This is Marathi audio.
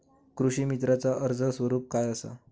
कृषीमित्राच कर्ज स्वरूप काय असा?